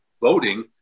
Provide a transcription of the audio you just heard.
voting